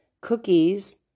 cookies